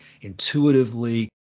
intuitively